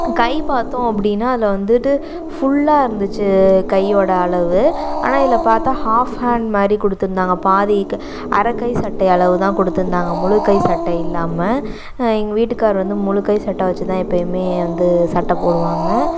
கை பார்த்தோம் அப்படின்னா அதில் வந்துட்டு ஃபுல்லாக இருந்துச்சு கையோட அளவு ஆனால் இதில் பார்த்தா ஆஃப் ஹாண்ட் மாதிரி கொடுத்துருந்தாங்க பாதி அரை கை சட்டை அளவுதான் கொடுத்துருந்தாங்க முழு கை சட்டை இல்லாமல் எங்கள் வீட்டுக்காரரு வந்து முழு கை சட்டை வச்சுதான் எப்பவுமே வந்து சட்டை போடுவாங்க